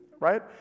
right